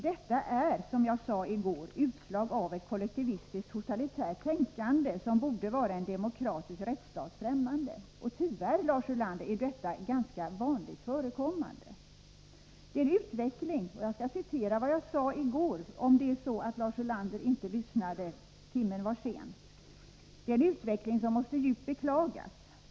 Detta är, som jag sade i går, utslag av ett kollektivistiskt totalitärt tänkande som borde vara en demokratisk rättsstat främmande. Tyvärr, Lars Ulander, är detta ganska vanligt förekommande. Om det är så att Lars Ulander inte lyssnade i går — timmen var sen — vill jag upprepa: Det är en utveckling som måste djupt beklagas.